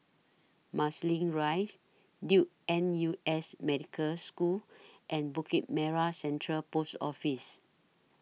Marsiling Rise Duke N U S Medical School and Bukit Merah Central Post Office